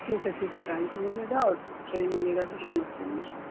ठीक है ठीक है टाइम से मिलेगा और सही मिलेगा दूध नमस्ते नमस्ते